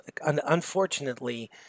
unfortunately